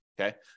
okay